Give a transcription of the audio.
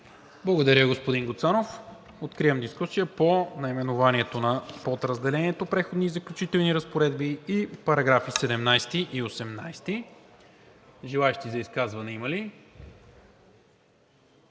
Благодаря, господин Гуцанов. Откривам дискусията по наименованието на подразделението „Преходни и заключителни разпоредби“ и параграфи 17 и 18. Има ли желаещи за изказвания?